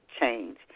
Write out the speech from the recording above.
change